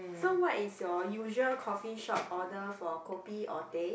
so what is your usual coffee shop order for Kopi or Teh